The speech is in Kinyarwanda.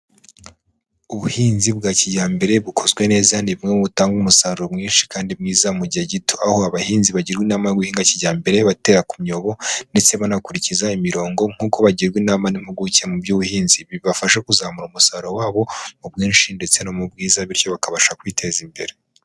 Ubuhinzi bwa kijyambere bukozwe neza ni bumwe butanga umusaruro mwinshi kandi mwiza mu gihe gito, aho abahinzi bagirwa inama guhinga kijyambere batera ku myobo ndetse banakurikiza imirongo nk'uko bagirwa inama n'impuguke mu by'ubuhinzi. Bibafasha kuzamura umusaruro wabo mu bwinshi ndetse no mu bwiza, bityo bakabasha kwiteza imbere.